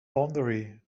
boundary